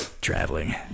Traveling